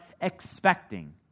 expecting